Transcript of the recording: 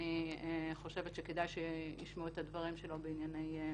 אני חושבת שכדאי שישמעו את הדברים שלו בעניין מינויים.